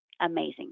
amazing